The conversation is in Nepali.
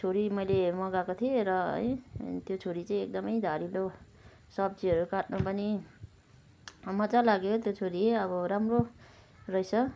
छुरी मैले मगाएको थिएँ र है त्यो छुरी चाहिँ एकदमै धारिलो सब्जीहरू काट्नु पनि मजा लाग्यो त्यो छुरी अब राम्रो रहेछ